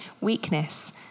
weakness